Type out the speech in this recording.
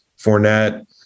Fournette